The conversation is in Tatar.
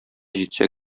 җитсә